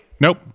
Nope